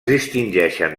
distingeixen